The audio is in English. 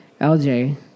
LJ